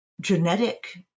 genetic